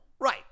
right